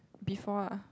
before lah